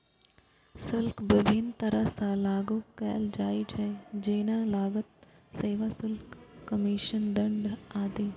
शुल्क विभिन्न तरह सं लागू कैल जाइ छै, जेना लागत, सेवा शुल्क, कमीशन, दंड आदि